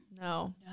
No